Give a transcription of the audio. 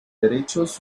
derechos